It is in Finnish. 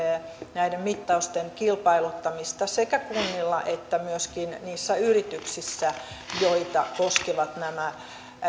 näiden mittausten kilpailuttamista sekä kunnissa että myöskin niissä yrityksissä joita koskevat nämä